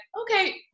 okay